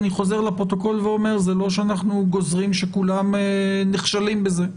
אני חוזר לפרוטוקול ואומר שזה לא שאנחנו גוזרים שכולם נכשלים בזה.